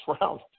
round